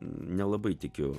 nelabai tikiu